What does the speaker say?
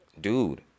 dude